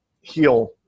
heal